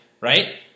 right